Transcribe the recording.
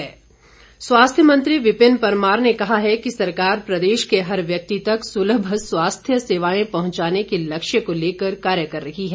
विपिन परमार स्वास्थ्य मंत्री विपिन परमार ने कहा है कि सरकार प्रदेश के हर व्यक्ति तक सुलभ स्वास्थ्य सेवाएं पहुंचाने के लक्ष्य को लेकर कार्य कर रही है